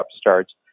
starts